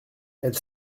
elle